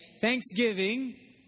thanksgiving